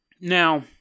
Now